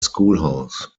schoolhouse